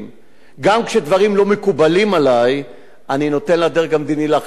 גם כשדברים לא מקובלים עלי אני נותן לדרג המדיני להחליט את ההחלטות,